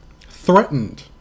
threatened